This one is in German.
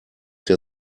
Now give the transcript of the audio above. der